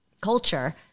culture